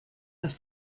this